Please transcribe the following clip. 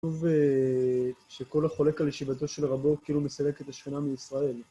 ו... שכל החולק על ישיבתו של רבו, כאילו מסלק את השכינה מישראל.